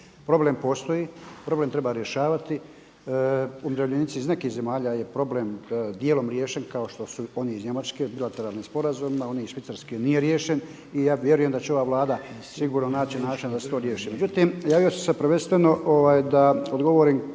problem postoji, problem treba rješavati. Umirovljenici iz nekih zemalja je problem dijelom riješen kao što su oni iz Njemačke bilateralnim sporazumima. Onaj iz Švicarske nije riješen. I ja vjerujem da će ova Vlada sigurno naći način da se to riješi. Međutim, javio sam se prvenstveno da odgovorim